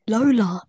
Lola